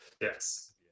yes